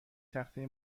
تخته